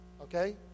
Okay